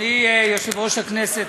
אדוני יושב-ראש הכנסת,